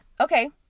Okay